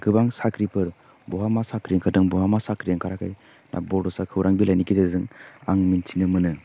गोबां साख्रिफोर बहा मा साख्रि ओंखाददों बहा मा साख्रि ओंखाराखै बड'सा खौरांनि बिलाइनि गेजेरजों आं मिथिनो मोनो